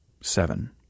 Seven